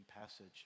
passage